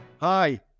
Hi